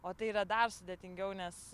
o tai yra dar sudėtingiau nes